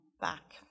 back